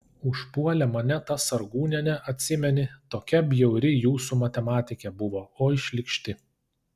užpuolė mane ta sargūnienė atsimeni tokia bjauri jūsų matematikė buvo oi šlykšti